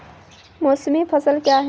मौसमी फसल क्या हैं?